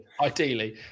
ideally